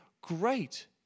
great